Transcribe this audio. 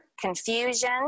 confusion